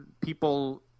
people